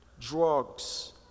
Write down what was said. drugs